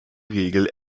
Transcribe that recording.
regel